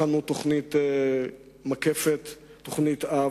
הכנו תוכנית מקפת, תוכנית-אב.